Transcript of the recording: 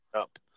up